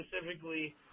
specifically